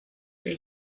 der